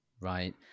right